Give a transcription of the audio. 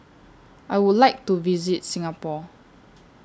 I Would like to visit Singapore